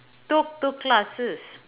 took took classes